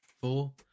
Four